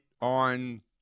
on